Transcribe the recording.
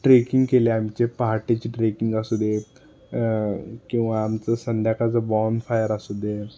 trekking केले आमचे पहाटेचे ट्रेकिंग असू दे किंवा आमचं संध्याकाळचं बॉनफायर असू दे